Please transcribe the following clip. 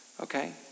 okay